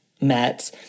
met